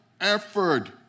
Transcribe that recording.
effort